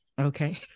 Okay